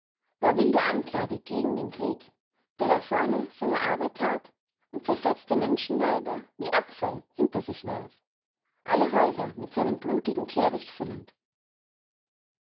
war wilde anklage gegen den krieg der da vorne seine arbeit tat und zerfetzte menschenleiber wie abfall hinter sich warf alle häuser mit seinem blutigen kehricht füllend